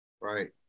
right